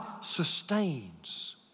sustains